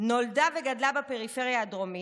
נולדה וגדלה בפריפריה הדרומית,